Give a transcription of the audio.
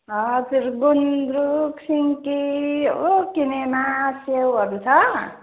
हजुर गुन्द्रुक सिन्की हो किनेमा त्योहरू छ